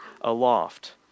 aloft